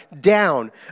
down